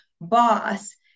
boss